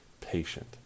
patient